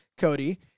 Cody